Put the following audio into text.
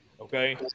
Okay